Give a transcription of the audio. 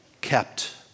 kept